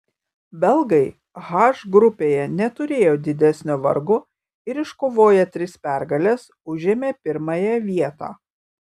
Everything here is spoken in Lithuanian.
belgai h grupėje neturėjo didesnio vargo ir iškovoję tris pergales užėmė pirmąją vietą